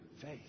Faith